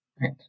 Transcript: Right